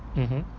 mmhmm